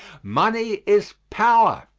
money is power.